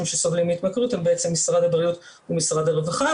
שסובלים מהתמכרות הם משרד הבריאות ומשרד הרווחה,